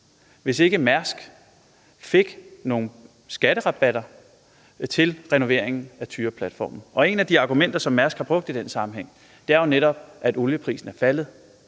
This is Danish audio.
hvis ikke Mærsk fik nogle skatterabatter til renoveringen af Tyraplatformen. Et af de argumenter, som Mærsk har brugt i den sammenhæng, er netop, at olieprisen er faldet.